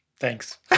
Thanks